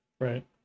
right